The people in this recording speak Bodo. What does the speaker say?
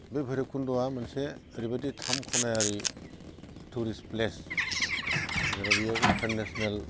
बे भैराबकुन्द'आ मोनसे ओरैबायदि थाम ख'नायारि टुरिस्ट प्लेस जेराव बेयाव इन्टारनेसनेल